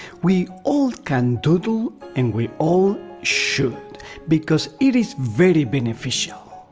we all can doodle and we all should because it is very beneficial!